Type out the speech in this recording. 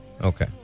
okay